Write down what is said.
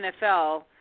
NFL